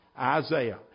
Isaiah